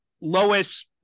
Lois